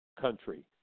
country